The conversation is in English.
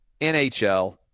NHL